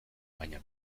baina